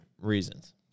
reasons